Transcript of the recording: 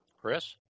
Chris